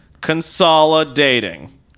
consolidating